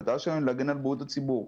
המטרה שלנו היא להגן על בריאות הציבור.